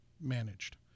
managed